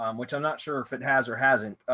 um which i'm not sure if it has or hasn't.